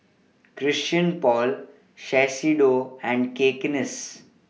Christian Paul Shiseido and Cakenis